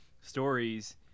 stories